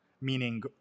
meaning